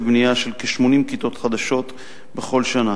בנייה של כ-80 כיתות חדשות בכל שנה.